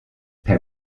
per